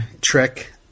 trick